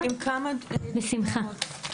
ישראל, בבקשה.